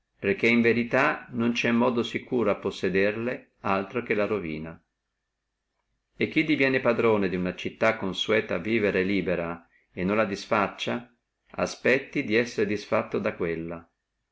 perché in verità non ci è modo sicuro a possederle altro che la ruina e chi diviene patrone di una città consueta a vivere libera e non la disfaccia aspetti di esser disfatto da quella